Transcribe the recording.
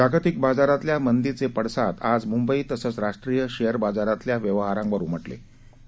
जागतिक बाजारातल्या मंदीचे पडसाद आज मुंबई तसंच राष्ट्रीय शेअर बाजारातल्या व्यवहारांवर उमाक्री